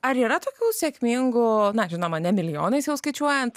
ar yra tokių sėkmingų na žinoma ne milijonais jau skaičiuojant